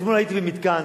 אתמול הייתי במתקן